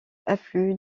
affluent